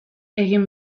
egin